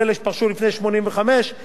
בעוד שלוש שנים הם יגיעו לגיל 70,